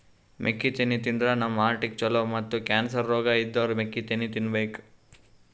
ಮೆಕ್ಕಿತೆನಿ ತಿಂದ್ರ್ ನಮ್ ಹಾರ್ಟಿಗ್ ಛಲೋ ಮತ್ತ್ ಕ್ಯಾನ್ಸರ್ ರೋಗ್ ಇದ್ದೋರ್ ಮೆಕ್ಕಿತೆನಿ ತಿನ್ಬೇಕ್